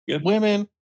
Women